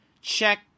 Check